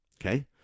okay